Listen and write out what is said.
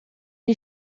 ele